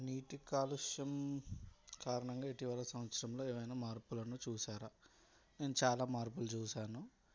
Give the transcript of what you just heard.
నీటి కాలుష్యం కారణంగా ఇటీవల సంవత్సరంలో ఏవైనా మార్పులను చూసారా నేను చాలా మార్పులు చూసాను